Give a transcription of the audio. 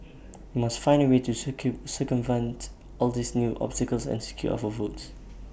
we must find A way to circumvent all these new obstacles and secure our votes